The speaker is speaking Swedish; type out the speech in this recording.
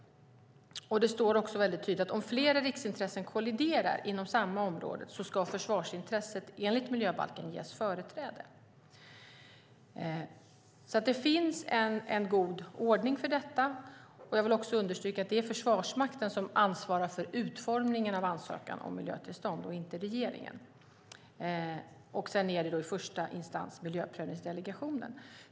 Det står också mycket tydligt att om flera riksintressen kolliderar inom samma område ska försvarsintresset ges företräde enligt miljöbalken. Det finns en god ordning för detta. Jag vill också understryka att det är Försvarsmakten som ansvarar för utformningen av ansökan om miljötillstånd och inte regeringen, och sedan är första instans miljöprövningsdelegationen.